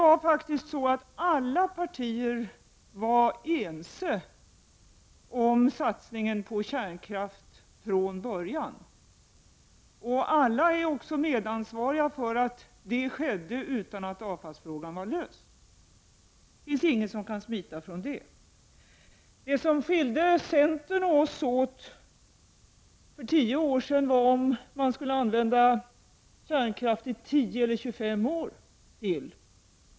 Alla partier var faktiskt ense om satsningen på kärnkraft från början. Alla är också medansvariga för att det skedde utan att avfallsfrågan var löst. Ingen kan smita från det. Det som skilde centern och oss åt för 10 år sedan var om man skulle använda kärnkraft i 10 eller 25 år till.